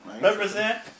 Represent